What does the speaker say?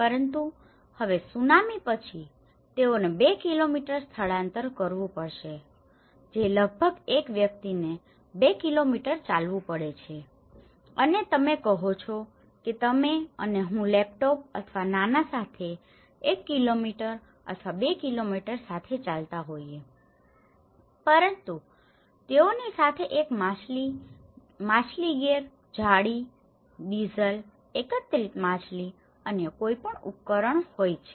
પરંતુ હવે સુનામી પછી તેઓને બે કિલોમીટર સ્થળાંતર કરવું પડશે જે લગભગ એક વ્યક્તિ ને 2 કિલોમીટર ચાલવું પડે છે અને તમે કહો છો કે તમે અને હું લેપટોપ અથવા નાના સાથે એક કિલોમીટર અથવા બે કિલોમીટર સાથે ચાલતા હોઈએ છીએ પરંતુ તેઓ ની સાથે એક માછલી ગિયર જાળી ડીઝલ એકત્રિત માછલી અન્ય કોઈપણ ઉપકરણો હોય છે